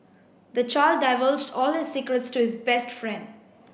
the child divulged all his secrets to his best friend